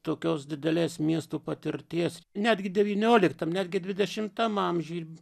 tokios didelės miesto patirties netgi devynioliktam netgi dvidešimtam amžiuj